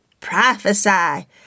Prophesy